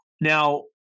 Now